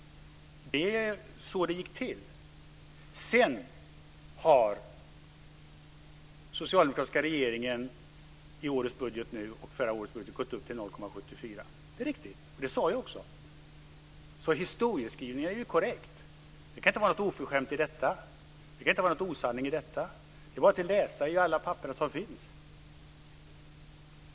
Det var ju så det gick till. Sedan har den socialdemokratiska regeringen i årets budget och i förra årets budget gått upp till 0,74 %. Det är riktigt - det sade jag också. Historieskrivningen är korrekt. Det kan inte vara något oförskämt i detta. Det kan inte vara någon osanning i detta. Det är bara att läsa i alla papper som finns.